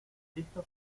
listos